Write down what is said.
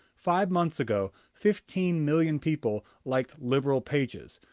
five months ago fifteen million people liked liberal pages.